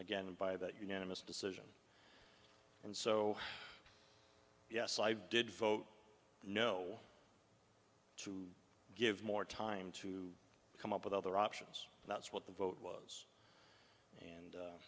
again and by that you know miss decision and so yes i did vote no to give more time to come up with other options and that's what the vote was and